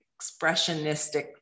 expressionistic